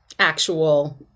actual